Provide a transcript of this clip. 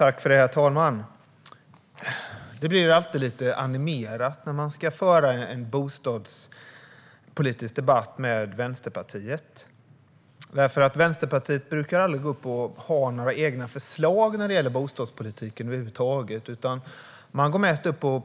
Herr talman! Det blir alltid lite animerat när man debatterar bostadspolitik med Vänsterpartiet. Vänsterpartiet brukar nämligen aldrig ha några egna bostadspolitiska förslag utan